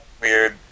weird